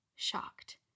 shocked